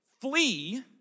flee